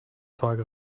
zeug